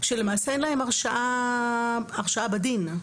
כשלמעשה אין להם הרשאה לכך בדין.